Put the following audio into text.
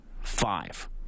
five